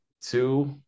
Two